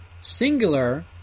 singular